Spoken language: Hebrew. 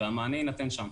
והמענה יינתן שם.